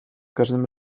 każdym